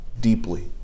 deeply